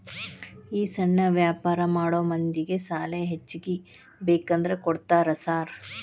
ಈ ಸಣ್ಣ ವ್ಯಾಪಾರ ಮಾಡೋ ಮಂದಿಗೆ ಸಾಲ ಹೆಚ್ಚಿಗಿ ಬೇಕಂದ್ರ ಕೊಡ್ತೇರಾ ಸಾರ್?